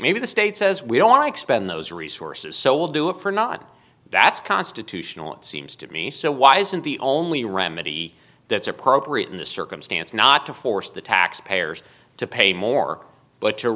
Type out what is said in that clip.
maybe the state says we don't want to expend those resources so we'll do it for not that's constitutional it seems to me so why isn't the only remedy that's appropriate in this circumstance not to force the taxpayers to pay more but to